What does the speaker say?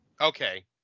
Okay